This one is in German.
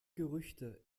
gerüchte